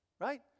Right